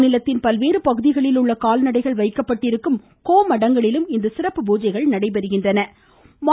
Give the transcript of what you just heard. மாநிலத்தின் பல்வேறு பகுதிகளில் உள்ள கால்நடைகள் வைக்கப்பட்டிருக்கும் கோ மடங்களிலும் இன்று சிறப்பு பூஜைகள் நடைபெறுகின்றன